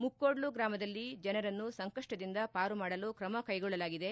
ಮುಕೋಡ್ಡು ಗ್ರಾಮದಲ್ಲಿ ಜನರನ್ನು ಸಂಕಪ್ಪದಿಂದ ಪಾರು ಮಾಡಲು ಕ್ರಮ ಕೈಗೊಳ್ಳಲಾಗಿದೆ